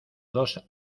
dos